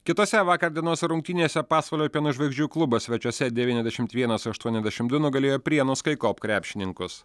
kitose vakar dienos rungtynėse pasvalio pieno žvaigždžių klubas svečiuose devyniasdešimt vienas aštuoniasdešimt du nugalėjo prienų skaikop krepšininkus